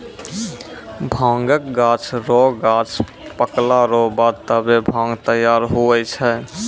भांगक गाछ रो गांछ पकला रो बाद तबै भांग तैयार हुवै छै